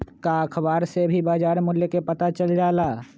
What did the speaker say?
का अखबार से भी बजार मूल्य के पता चल जाला?